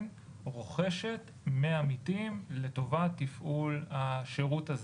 רוכשת מעמיתים לטובת תפעול השירות הזה.